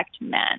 men